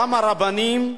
גם הרבנים.